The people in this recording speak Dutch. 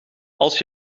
als